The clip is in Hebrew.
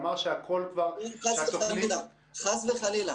הוא אמר שהתוכנית --- חס וחלילה,